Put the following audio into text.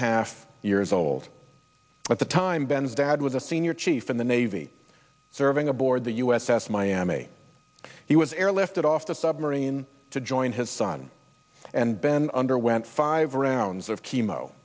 a half years old at the time ben's dad was a senior chief in the navy serving aboard the u s s miami he was airlifted off the submarine to join his son and been underwent five rounds of chemo